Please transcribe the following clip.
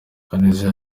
kaneza